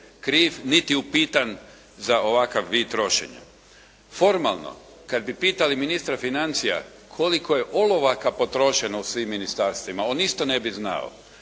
kriv niti upitan za ovakav vid trošenja. Formalno kad bi pitali ministra financija koliko je olovaka potrošeno u svim ministarstvima on isto ne bi znao.